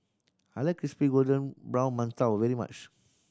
I like crispy golden brown mantou very much